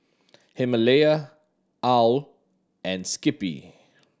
Himalaya owl and Skippy